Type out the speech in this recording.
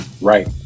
Right